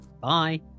Bye